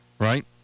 Right